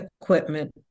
equipment